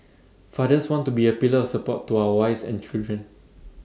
fathers want to be A pillar support to our wives and children